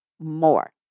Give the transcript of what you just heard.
more